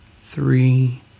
three